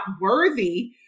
worthy